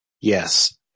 Yes